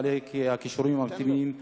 בעלי כישורים מתאימים לתפקיד,